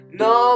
no